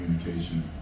communication